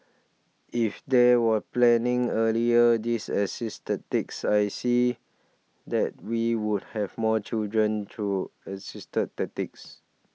if they were planning earlier this assisted techs I see that we would have more children through assisted tactics